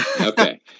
Okay